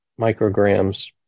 micrograms